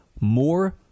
more